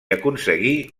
aconseguí